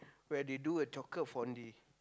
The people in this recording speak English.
where they do a chocolate fondue